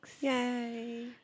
Yay